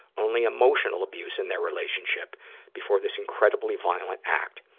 only emotional abuse, in their relationship before this incredibly violent act.